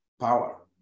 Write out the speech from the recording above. power